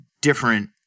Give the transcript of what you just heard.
different